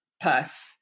purse